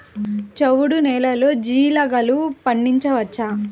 చవుడు నేలలో జీలగలు పండించవచ్చా?